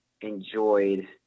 enjoyed